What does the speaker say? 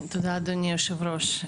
תודה אדוני היו"ר,